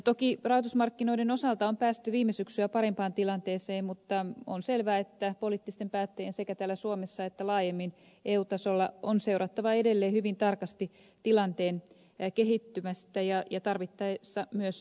toki rahoitusmarkkinoiden osalta on päästy viime syksyä parempaan tilanteeseen mutta on selvää että poliittisten päättäjien sekä täällä suomessa että laajemmin eu tasolla on seurattava edelleen hyvin tarkasti tilanteen kehittymistä ja tarvittaessa myös reagoitava